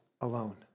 alone